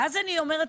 ואז אני אומרת,